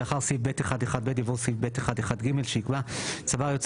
ולאחר סעיף (ב1)(1)(ב) יבוא סעיף (ב1)(1)(ג) שיקבע 'סבר היועץ